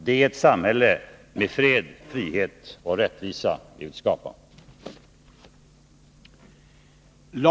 Det är ett samhälle med fred, frihet och rättvisa vi vill skapa.